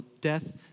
death